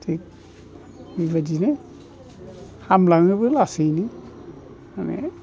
थिख बेबायदिनो हामलाङोबो लासैनो माने